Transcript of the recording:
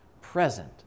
present